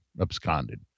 absconded